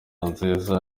nziza